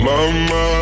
Mama